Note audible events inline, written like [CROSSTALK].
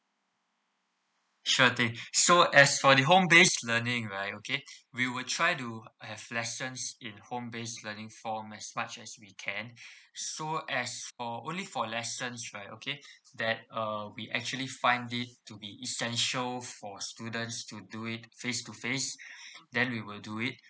sure thing so as for the home base learning right okay we will try to have lessons in home base learning form as much as we can [BREATH] so as for only for lessons right okay that uh we actually find it to be essential for students to do it face to face [BREATH] then we will do it